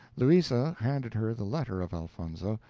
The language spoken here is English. louisa handed her the letter of elfonzo,